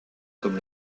comme